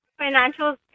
financials